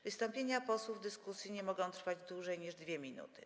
Wystąpienia posłów w dyskusji nie mogą trwać dłużej niż 2 minuty.